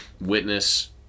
witness